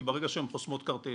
כי ברגע שהן חוסמות כרטיס